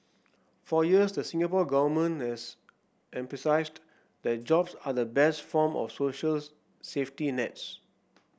for years the Singapore Government has emphasised that jobs are the best form of social safety nets